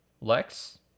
lex